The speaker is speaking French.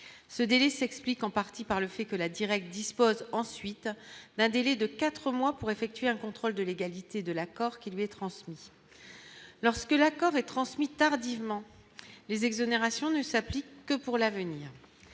ce délai s'explique en partie par le fait que la direc dispose ensuite d'un délai de 4 mois pour effectuer un contrôle de légalité de l'accord qui lui transmit lorsque l'accord est transmis tardivement les exonérations ne s'applique que pour l'avenir,